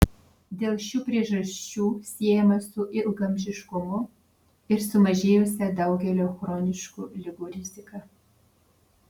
dėl šių priežasčių siejama su ilgaamžiškumu ir sumažėjusia daugelio chroniškų ligų rizika